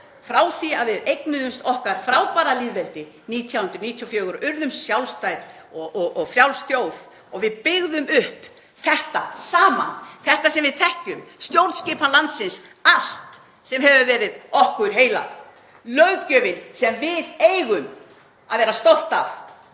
frá því að við eignuðumst okkar frábæra lýðveldi 1994, urðum sjálfstæð og frjáls þjóð — við byggðum þetta upp saman, þetta sem við þekkjum, stjórnskipan landsins, allt sem hefur verið okkur heilagt, löggjöfin sem við eigum að vera stolt af